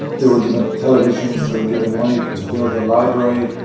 they were given televisions. they were given money to build a library.